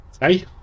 Hey